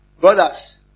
Brothers